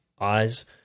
eyes